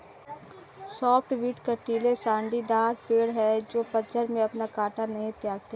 softwood कँटीले झाड़ीदार पेड़ हैं जो पतझड़ में अपना काँटा नहीं त्यागते